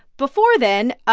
before then, ah